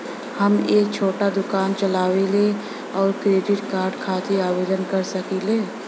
हम एक छोटा दुकान चलवइले और क्रेडिट कार्ड खातिर आवेदन कर सकिले?